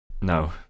No